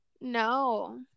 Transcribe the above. No